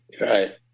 Right